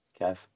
Kev